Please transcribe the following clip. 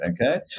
Okay